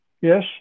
Yes